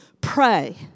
Pray